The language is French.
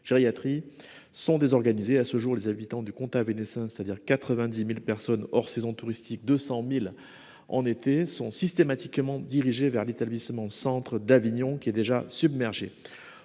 sont désorganisés. À ce jour les habitants du compte avait naissance, c'est-à-dire 90.000 personnes hors saison touristique 200.000 en été sont systématiquement dirigés vers l'établissement centre d'Avignon, qui est déjà submergée.